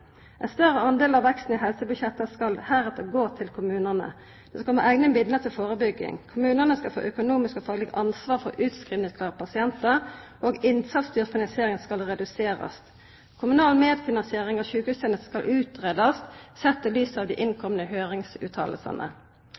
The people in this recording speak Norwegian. Ein større del av veksten i helsebudsjetta skal heretter gå til kommunane. Det skal koma eigne midlar til førebygging. Kommunane skal få økonomisk og fagleg ansvar for utskrivingsklare pasientar, og innsatsstyrt finansiering skal reduserast. Kommunal medfinansiering av sjukehustenestene skal greiast ut, sett i lys av dei